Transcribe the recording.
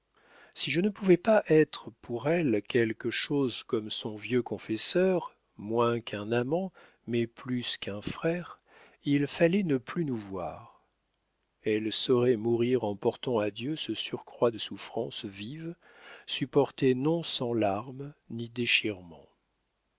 si je ne pouvais pas être pour elle quelque chose comme son vieux confesseur moins qu'un amant mais plus qu'un frère il fallait ne plus nous voir elle saurait mourir en portant à dieu ce surcroît de souffrances vives supportées non sans larmes ni